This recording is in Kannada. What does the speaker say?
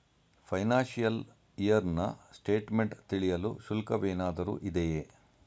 ಫೈನಾಶಿಯಲ್ ಇಯರ್ ನ ಸ್ಟೇಟ್ಮೆಂಟ್ ತಿಳಿಯಲು ಶುಲ್ಕವೇನಾದರೂ ಇದೆಯೇ?